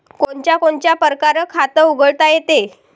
कोनच्या कोनच्या परकारं खात उघडता येते?